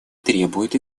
требует